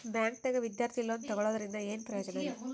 ಬ್ಯಾಂಕ್ದಾಗ ವಿದ್ಯಾರ್ಥಿ ಲೋನ್ ತೊಗೊಳದ್ರಿಂದ ಏನ್ ಪ್ರಯೋಜನ ರಿ?